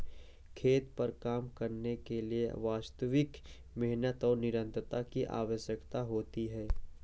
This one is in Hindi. खेत पर काम करने के लिए वास्तविक मेहनत और निरंतरता की आवश्यकता होती है